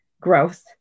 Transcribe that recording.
growth